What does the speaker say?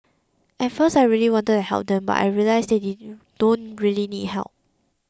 at first I really wanted to help them but I realised that they don't really need help